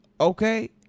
Okay